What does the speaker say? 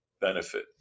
benefit